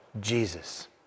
Jesus